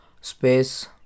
space